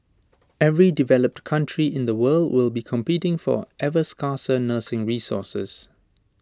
every developed country in the world will be competing for ever scarcer nursing resources